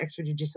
extrajudicial